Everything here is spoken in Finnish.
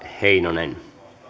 heinonen